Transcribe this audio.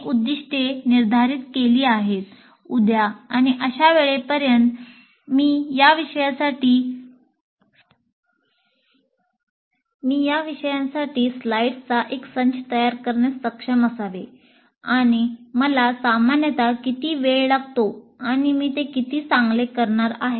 मी उद्दीष्टे निर्धारित केली आहेत उद्या आणि अशा वेळेपर्यंत मी या विषयासाठी स्लाइड्सचा एक संच तयार करण्यास सक्षम असावे आणि मला सामान्यत किती वेळ लागतो आणि मी ते किती चांगले करणार आहे